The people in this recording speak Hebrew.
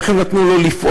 איך הם נתנו לו לפעול?